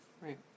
Right